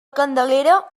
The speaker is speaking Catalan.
candelera